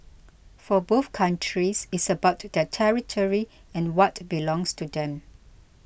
for both countries it's about their territory and what belongs to them